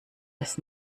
das